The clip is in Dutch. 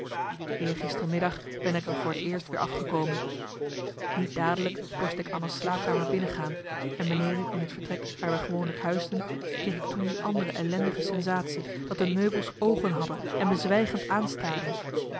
eergisteren middag ben ik er voor t eerst weer afgekomen niet dadelijk dorst ik anna's slaapkamer binnengaan en beneden in het vertrek waar wij gewoonlijk huisden kreeg ik toen die andere ellendige sensatie dat de meubels oogen hadden en me zwijgend aanstaarden